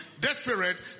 desperate